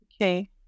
Okay